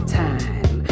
time